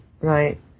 right